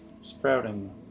sprouting